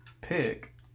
pick